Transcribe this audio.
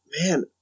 man